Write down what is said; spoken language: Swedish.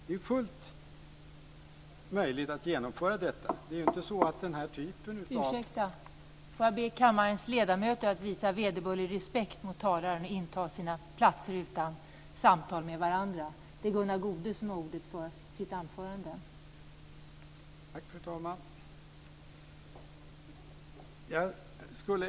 Det är fullt möjligt att genomföra detta.